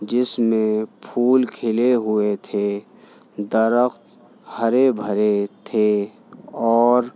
جس میں پھول کھلے ہوئے تھے درخت ہرے بھرے تھے اور